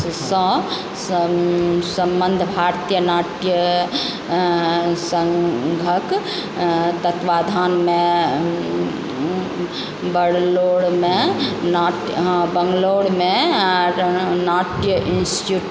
सँ सम्बन्ध भारतीय नाट्य सङ्घक तत्वावधानमे बड़लोरमे बङ्गलोरमे नाट्य इन्स्टिट्यूट